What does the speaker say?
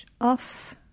off